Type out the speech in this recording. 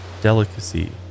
delicacy